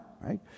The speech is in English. right